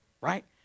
right